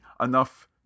enough